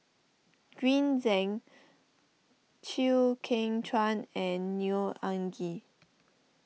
Green Zeng Chew Kheng Chuan and Neo Anngee